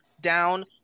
down